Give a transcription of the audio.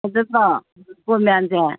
ꯐꯖꯗ꯭ꯔꯣ ꯂꯩꯀꯣꯜ ꯃꯌꯥꯝꯁꯦ